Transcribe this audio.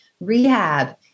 rehab